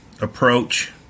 approach